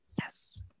Yes